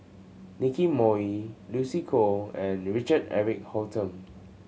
Nicky Moey Lucy Koh and Richard Eric Holttum